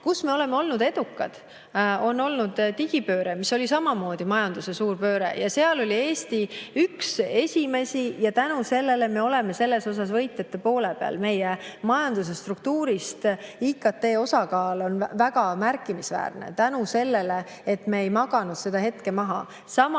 Kus me oleme olnud edukad, see on digipööre, mis oli samamoodi majanduses suur pööre. Seal oli Eesti üks esimesi ja tänu sellele me oleme selles võitjate poole peal. Meie majanduse struktuuris on IKT‑l väga märkimisväärne osa tänu sellele, et me ei maganud seda hetke maha. Sama